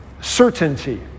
certainty